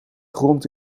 grond